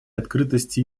открытости